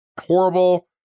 horrible